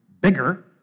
bigger